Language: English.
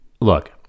look